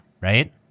right